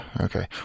Okay